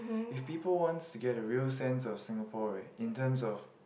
if people wants to get a real sense of Singapore right in terms of